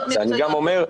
ואני גם אומר,